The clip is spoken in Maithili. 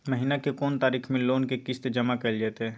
महीना के कोन तारीख मे लोन के किस्त जमा कैल जेतै?